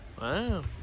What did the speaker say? Wow